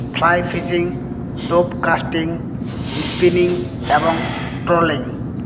fly fishing টোপ casting spinning এবং trolling